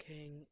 King